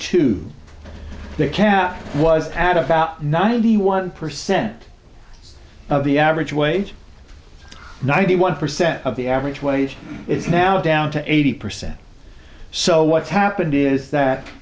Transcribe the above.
two they cap was added ninety one percent of the average wage ninety one percent of the average wage is now down to eighty percent so what's happened is that